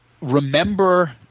remember